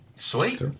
sweet